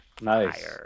Nice